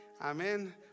Amen